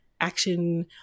action